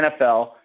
NFL